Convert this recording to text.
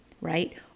right